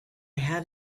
had